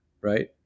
Right